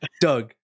Doug